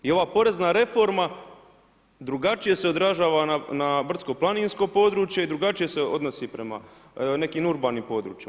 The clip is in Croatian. I ova porezna reforma drugačije se odražava na brdsko planinsko područje i drugačije se odnosi prema nekim urbanim područjima.